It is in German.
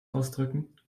ausdrücken